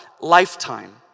lifetime